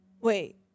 wait